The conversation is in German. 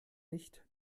nicht